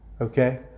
okay